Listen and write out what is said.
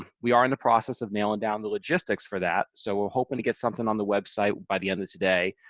we are in the process of nailing down the logistics for that, so we're hoping to get something on the website by the end of today,